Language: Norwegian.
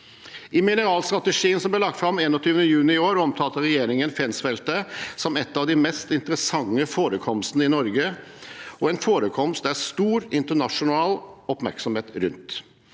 I mineralstrategien som ble lagt fram 21. juni i år, omtalte regjeringen Fensfeltet som en av de mest interessante forekomstene i Norge og en forekomst det er stor internasjonal oppmerksomhet rundt.